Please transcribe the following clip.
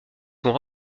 sont